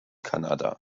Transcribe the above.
kanada